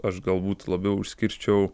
aš galbūt labiau išskirčiau